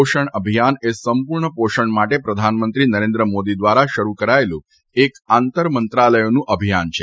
પોષણ અભિયાન એ સંપૂર્ણ પોષણ માટે પ્રધાનમંત્રી નરેન્દ્ર મોદી દ્વારા શરૂ કરાચેલું એક આંતર મંત્રાલયોનું અભિયાન છે